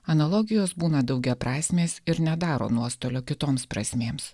analogijos būna daugiaprasmės ir nedaro nuostolio kitoms prasmėms